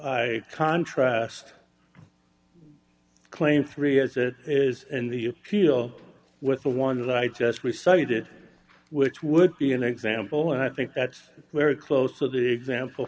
contrast claim three as it is in the field with the one that i just recently did which would be an example and i think that's very close to the example